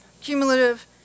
cumulative